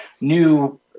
new